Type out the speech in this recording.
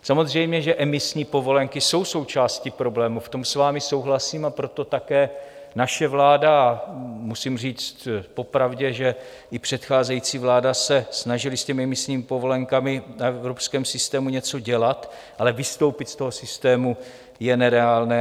Samozřejmě že emisní povolenky jsou součástí problému, v tom s vámi souhlasím, a proto také naše vláda, a musím říct po pravdě, že i předcházející vláda, se snažila s emisními povolenkami na evropském systému něco dělat, ale vystoupit z toho systému je nereálné.